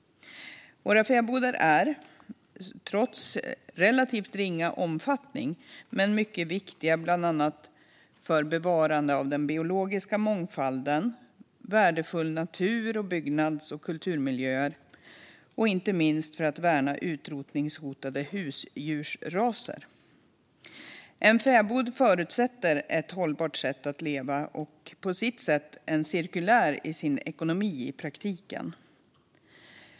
Våra fäbodar är, trots relativt ringa omfattning, mycket viktiga bland annat för bevarande av den biologiska mångfalden, värdefull natur och byggnads och kulturmiljöer och inte minst för att värna utrotningshotade husdjursraser. En fäbod förutsätter ett hållbart sätt att leva och på sitt sätt en cirkulär ekonomi i praktiken.